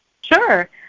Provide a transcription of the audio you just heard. Sure